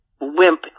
wimp